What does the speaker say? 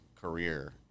career